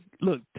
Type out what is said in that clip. Look